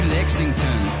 Lexington